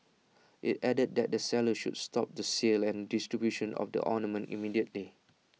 IT added that the sellers should stop the sale and distribution of the ointment immediately